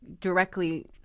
directly